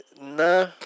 No